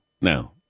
now